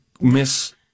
miss